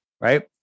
Right